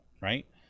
right